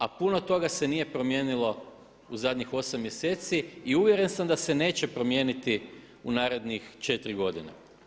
A puno toga se nije promijenilo u zadnjih 8 mjeseci i uvjeren sam da se neće promijeniti u narednih 4 godine.